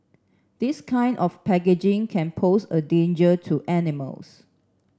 this kind of packaging can pose a danger to animals